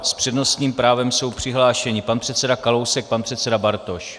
S přednostním právem jsou přihlášeni pan předseda Kalousek, pan předseda Bartoš.